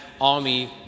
army